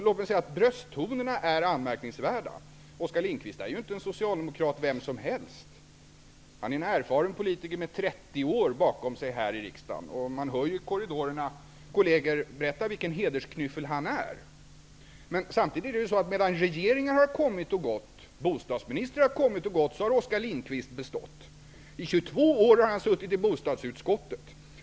Låt mig säga att brösttonerna här är anmärkningsvärda. Oskar Lindkvist är ju ingen socialdemokrat vem som helst. Han är en erfaren politiker med 30 år bakom sig här i riksdagen. Man hör ju i korridorerna kolleger berätta vilken hedersknyffel han är. Men samtidigt är det så att medan regeringar och bostadsministrar har kommit och gått har Oskar Lindkvist bestått. I 22 år har han suttit i bostadsutskottet.